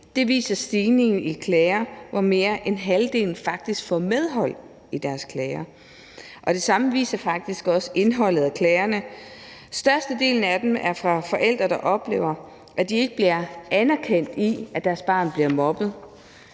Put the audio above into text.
Det viser stigningen i antallet af klager, hvor mere end halvdelen faktisk får medhold i deres klager. Det samme viser indholdet af klagerne faktisk også. Størstedelen af dem er fra forældre, der oplever, at de ikke bliver anerkendt i, at deres barn bliver mobbet